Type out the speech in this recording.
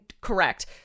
correct